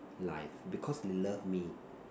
life because they love me